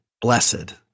blessed